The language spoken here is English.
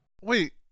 Wait